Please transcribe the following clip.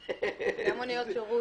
95% מהלקוחות מתעצבנים